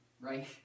right